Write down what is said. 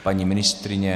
Paní ministryně?